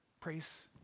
praise